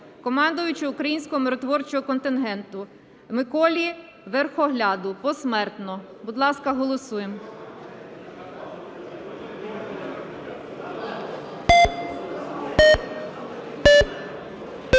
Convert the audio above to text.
командуючому українського миротворчого контингенту Миколі Верхогляду (посмертно). Будь ласка, голосуємо.